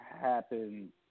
happen